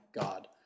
God